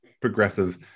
progressive